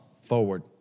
forward